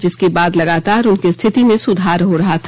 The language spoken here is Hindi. जिसके बाद लगातार उनकी स्थिति में सुधार हो रहा था